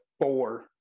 four